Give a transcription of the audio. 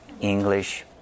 english